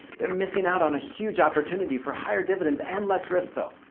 they're missing out on a huge opportunity for higher dividends and less risk though.